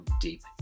deep